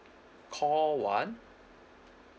call one